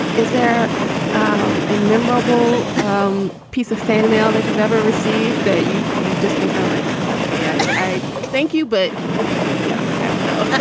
is there um a memorable um piece of fan mail that you've ever received that you've you've just been kind of like, okay, i i thank you, but we got to let them go but